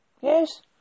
Yes